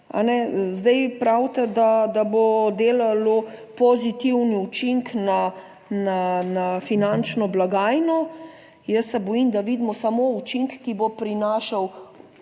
pravite, da bo delalo pozitiven učinek na finančno blagajno. Jaz se bojim, da vidimo samo učinek, ki bo prinašal